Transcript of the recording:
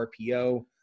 RPO